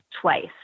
twice